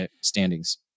standings